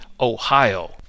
Ohio